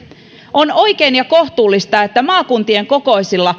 on oikein ja kohtuullista että on maakuntien kokoiset